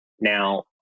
Now